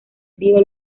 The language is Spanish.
trío